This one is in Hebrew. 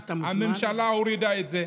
הממשלה הורידה את זה,